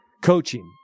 coaching